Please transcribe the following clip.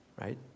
right